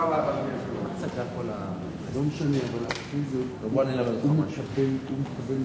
ההצעה להעביר את הנושא לוועדת הפנים